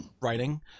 writing